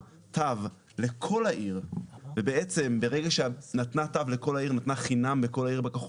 תו לכל העיר ובעצם ברגע שנתנה תו לכל העיר נתנה חינם לכל העיר בכחול